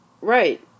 Right